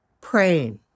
praying